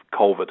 COVID